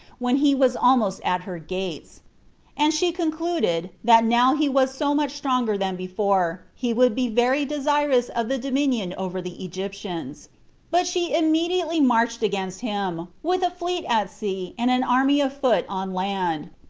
when he was almost at her gates and she concluded, that now he was so much stronger than before, he would be very desirous of the dominion over the egyptians but she immediately marched against him, with a fleet at sea and an army of foot on land,